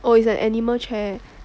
oh is an animal chair